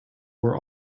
were